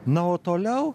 na o toliau